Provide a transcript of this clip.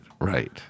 right